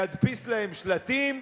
להדפיס להם שלטים,